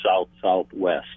south-southwest